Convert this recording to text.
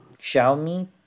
Xiaomi